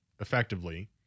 effectively